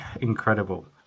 Incredible